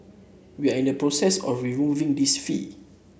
we are in the process of removing this fee